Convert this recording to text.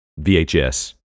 VHS